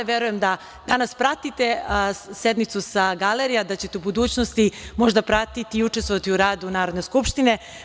Verujem da danas pratite sednicu sa galerije, a da ćete u budućnosti možda pratiti i učestvovati u radu Narodne skupštine.